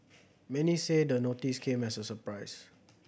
many say the notice came as a surprise